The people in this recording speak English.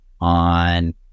on